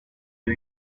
new